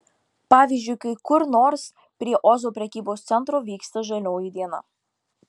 pavyzdžiui kai kur nors prie ozo prekybos centro vyksta žalioji diena